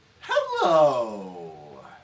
Hello